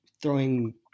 throwing